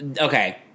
Okay